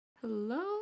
Hello